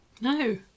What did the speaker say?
no